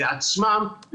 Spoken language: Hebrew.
לעצמם,